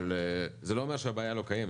אבל זה לא אומר שהבעיה לא קיימת.